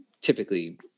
Typically